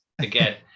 again